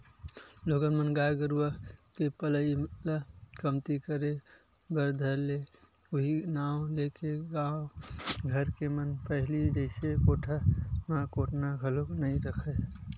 लोगन मन गाय गरुवा के पलई ल कमती करे बर धर ले उहीं नांव लेके गाँव घर के मन ह पहिली जइसे कोठा म कोटना घलोक नइ रखय